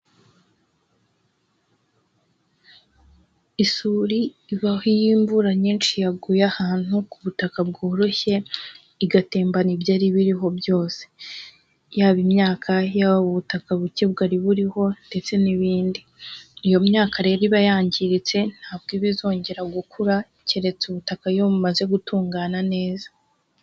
Isuri ibaho iyo imvura nyinshi yaguye ahantu ku butaka bworoshye, igatembana ibyari biriho byose; yaba imyaka, yaba ubutaka buke bwari buriho, ndetse n'ibindi. Iyo myaka rero iba yangiritse, ntabwo iba izongera gukura keretse ubutaka iyo bumaze gutungana neza.